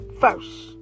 first